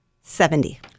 Seventy